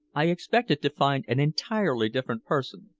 i expected to find an entirely different person.